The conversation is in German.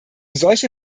solche